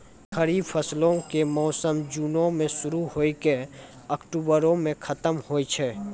खरीफ फसलो के मौसम जूनो मे शुरु होय के अक्टुबरो मे खतम होय छै